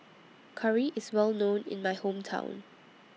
Curry IS Well known in My Hometown